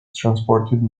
transported